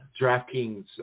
DraftKings